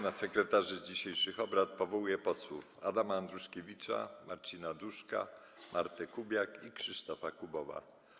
Na sekretarzy dzisiejszych obrad powołuję posłów Adama Andruszkiewicza, Marcina Duszka, Martę Kubiak i Krzysztofa Kubowa.